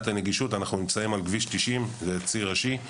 אנחנו נמצאים על ציר ראשי,